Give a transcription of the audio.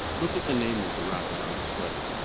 look at the name of the rocket on the sweater.